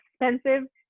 expensive